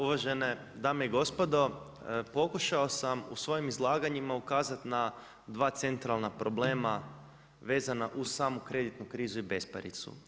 Uvažene dame i gospodo, pokušao bi u svojim izlaganjima ukazat na dva centralna problema vezana uz samu kreditnu krizu i besparicu.